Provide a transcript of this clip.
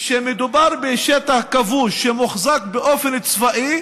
שמדובר בשטח כבוש שמוחזק באופן צבאי